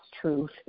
truth